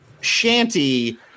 shanty